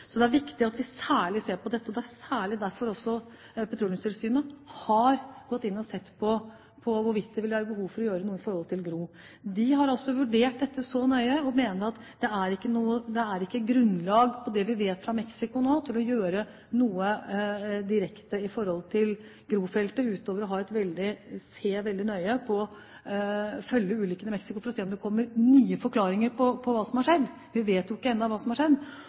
så det er viktig at vi særlig ser på dette. Det er derfor også Petroleumstilsynet har gått inn og sett på hvorvidt det vil være behov for å gjøre noe på Gro-feltet. De har vurderte dette nøye og mener at det er ikke grunnlag, på bakgrunn av det vi vet fra Mexicogolfen nå, å gjøre noe direkte på Gro-feltet, utover å følge ulykken i Mexicogolfen veldig nøye for å se om det kommer nye forklaringer på hva som har skjedd. Vi vet jo ennå ikke hva som har skjedd.